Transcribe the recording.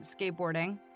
skateboarding